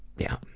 yeah.